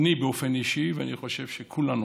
אני באופן אישי, ואני חושב שכולנו,